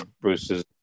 bruce's